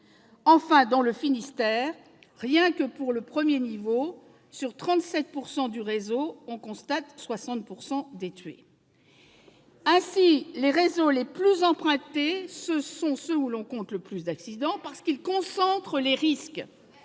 tués. Dans le Finistère, enfin, le premier niveau représente 37 % du réseau, mais concentre 60 % des tués. Ainsi, les réseaux les plus empruntés sont ceux où l'on compte le plus d'accidents parce qu'ils concentrent les risques